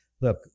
look